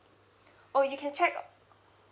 oh you can check